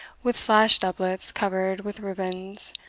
with slashed doublets covered with ribbands,